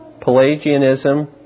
Pelagianism